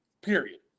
period